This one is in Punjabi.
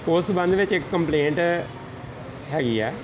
ਉਸ ਸੰਬੰਧ ਵਿੱਚ ਇੱਕ ਕੰਪਲੇਂਟ ਹੈਗੀ ਆ